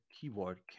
keyboard